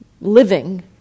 living